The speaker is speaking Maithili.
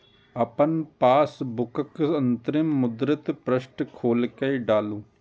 अपन पासबुकक अंतिम मुद्रित पृष्ठ खोलि कें डालू